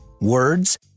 Words